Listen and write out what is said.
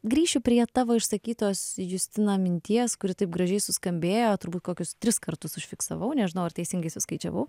grįšiu prie tavo išsakytos justina minties kuri taip gražiai suskambėjo turbūt kokius tris kartus užfiksavau nežinau ar teisingai suskaičiavau